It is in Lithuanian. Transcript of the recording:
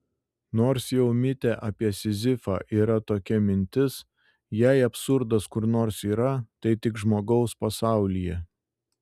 nors jau mite apie sizifą yra tokia mintis jei absurdas kur nors yra tai tik žmogaus pasaulyje